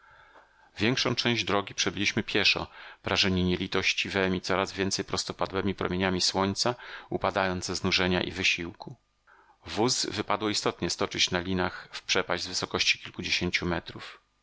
większą część drogi przebyliśmy pieszo prażeni nielitościwemi coraz więcej prostopadłemi promieniami słońca upadając ze znużenia i wysiłku wóz wypadło istotnie stoczyć na linach w przepaść z wysokości kilkudziesięciu metrów